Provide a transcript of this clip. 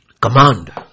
command